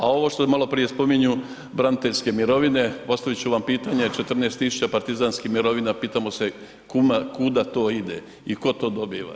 A ovo što malo prije spominju braniteljske mirovine, postavit ću vam pitanje, 14 tisuća partizanskih mirovina, pitamo se kuda to ide i tko to dobiva?